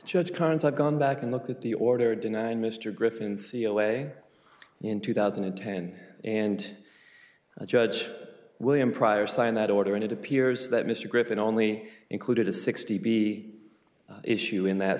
judge cons i've gone back and look at the order denying mr griffin c e o a in two thousand and ten and judge william pryor signed that order and it appears that mr griffin only included a sixty b issue in that